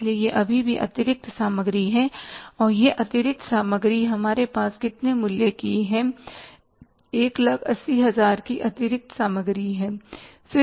इसलिए यह अभी भी अतिरिक्त सामग्री है और यह अतिरिक्त सामग्री हमारे पास कितने मूल्य की है180000 की अतिरिक्त सामग्री है